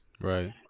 right